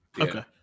Okay